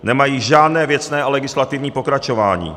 Nemají žádné věcné a legislativní pokračování.